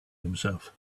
himself